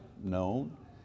known